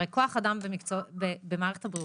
הרי אין כוח אדם במערכת הבריאות,